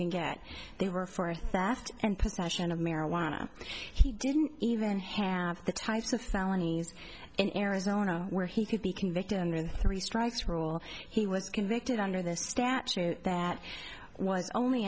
can get they were for theft and possession of marijuana he didn't even have the types of felonies in arizona where he could be convicted under three strikes rule he was convicted under this statute that was only